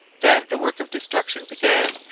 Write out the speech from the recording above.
then the work of destruction began.